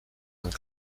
and